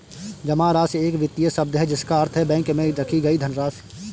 जमा राशि एक वित्तीय शब्द है जिसका अर्थ है बैंक में रखी गई धनराशि